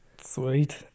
Sweet